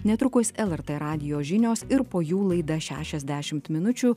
netrukus lrt radijo žinios ir po jų laida šešiasdešimt minučių